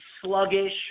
sluggish